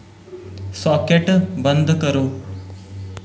socket बंद करो